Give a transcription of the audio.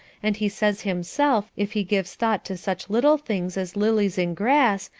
and he says himself if he gives thought to such little things as lilies and grass,